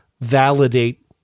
validate